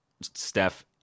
Steph